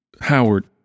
Howard